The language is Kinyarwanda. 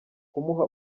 kumuha